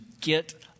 get